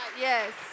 yes